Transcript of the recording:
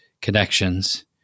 connections